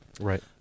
Right